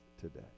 today